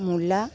মূলা